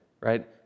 right